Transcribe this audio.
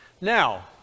Now